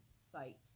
site